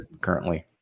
currently